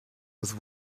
with